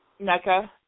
NECA